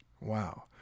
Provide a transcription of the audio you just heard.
wow